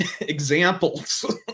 examples